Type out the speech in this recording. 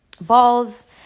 balls